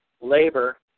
labor